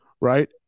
right